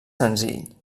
senzill